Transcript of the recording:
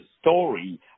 story